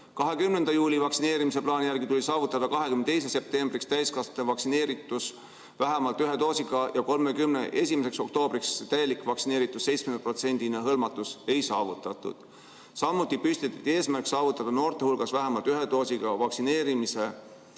20. juuli vaktsineerimisplaani järgi tuli saavutada 22. septembriks täiskasvanute vaktsineeritusel vähemalt ühe doosiga ja 31. oktoobriks [kahe doosiga] 70%‑line hõlmatus. Ei saavutatud. Samuti püstitati eesmärk saavutada noorte hulgas vähemalt ühe doosiga vaktsineerimise tase